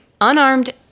unarmed